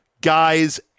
guys